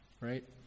Right